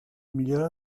millora